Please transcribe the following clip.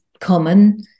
common